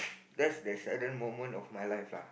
that's the saddest moment of my life lah